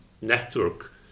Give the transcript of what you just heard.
network